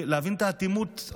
להבין את האטימות,